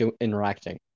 interacting